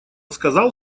сказал